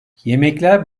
yemekler